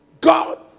God